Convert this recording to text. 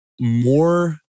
more